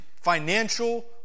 financial